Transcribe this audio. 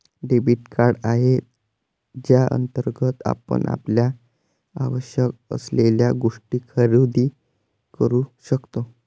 debit card आहे ज्याअंतर्गत आपण आपल्याला आवश्यक असलेल्या गोष्टी खरेदी करू शकतो